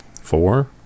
Four